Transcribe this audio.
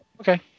Okay